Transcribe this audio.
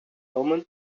omen